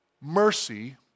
mercy